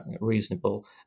reasonable